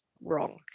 wrong